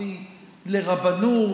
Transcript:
הסמכתי לרבנות.